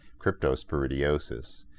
cryptosporidiosis